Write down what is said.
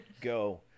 go